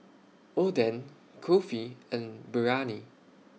Oden Kulfi and Biryani